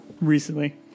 recently